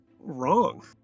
Wrong